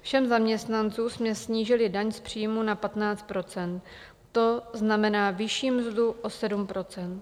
Všem zaměstnancům jsme snížili daň z příjmů na 15 %, to znamená vyšší mzdu o 7 %.